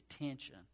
attention